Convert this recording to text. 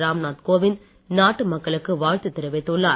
ராம்நாத் கோவிந்த் நாட்டு மக்களுக்கு வாழ்த்து தெரிவித்துள்ளார்